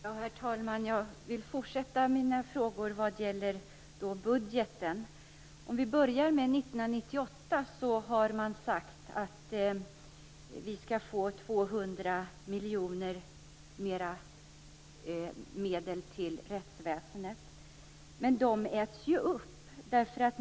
Herr talman! Jag vill fortsätta med mina frågor gällande budgeten. Om vi börjar med 1998, har man sagt att det skall bli 200 miljoner kronor mer till rättsväsendet. Men dessa pengar äts ju upp.